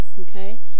Okay